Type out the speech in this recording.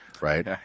right